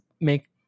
make